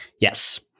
Yes